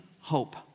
hope